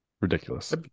Ridiculous